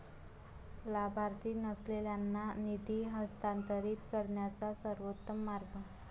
लाभार्थी नसलेल्यांना निधी हस्तांतरित करण्याचा सर्वोत्तम मार्ग